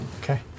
Okay